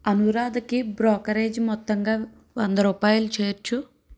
అనురాధకి brokerage మొత్తంగా వంద రూపాయలు చేర్చు